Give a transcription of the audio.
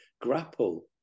grapple